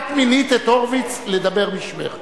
את מינית את הורוביץ לדבר בשמך.